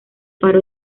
faro